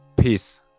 Peace